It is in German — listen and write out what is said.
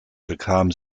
bekam